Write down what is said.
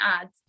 ads